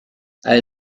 all